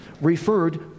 referred